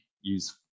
use